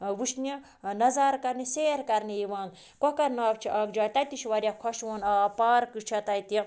وٕچھنہِ نظارٕ کَرنہِ سیر کَرنہِ یِوان کۄکَر ناگ چھِ اَکھ جاے تَتہِ تہِ چھِ واریاہ خۄشوُن آب پارکہٕ چھےٚ تَتہِ